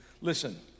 listen